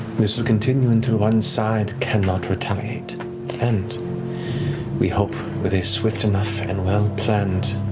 this will continue until one side cannot retaliate and we hope with a swift enough and well-planned